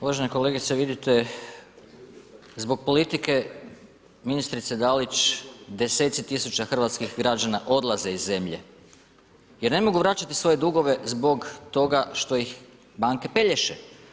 Uvažena kolegice vidite, zbog politike ministrice Dalić deseci tisuća hrvatskih građana odlaze iz zemlje, jer ne mogu vraćati svoje dugove zbog toga što ih banke pelješe.